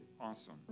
awesome